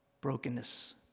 brokenness